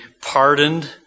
pardoned